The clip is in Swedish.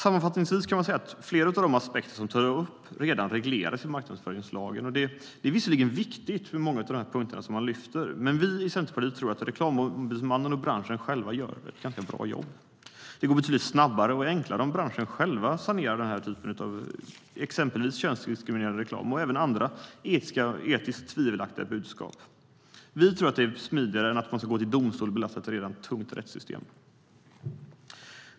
Sammanfattningsvis kan man säga att flera av de aspekter som tas upp redan regleras i marknadsföringslagen. Många av de punkter som man lyfter fram är visserligen viktiga, men vi i Centerpartiet tror att Reklamombudsmannen och branschen själva gör ett ganska bra jobb. Det går betydligt snabbare och är enklare om branschen själv sanerar den här typen av exempelvis könsdiskriminerande reklam och även andra etiskt tvivelaktiga budskap. Vi tror att det är smidigare än att man ska gå till domstol och belasta ett redan tungt rättssystem.